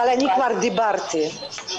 אבל כשלמטפלת אין עבודה וזה הרבה מאוד מטפלות,